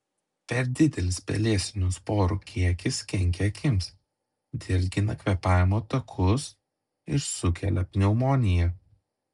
per didelis pelėsinių sporų kiekis kenkia akims dirgina kvėpavimo takus ir sukelia pneumoniją